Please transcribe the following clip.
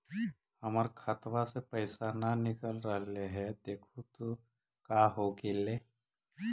हमर खतवा से पैसा न निकल रहले हे देखु तो का होगेले?